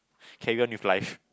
carry on with life